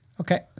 Okay